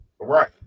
right